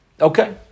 Okay